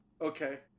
okay